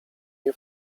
nie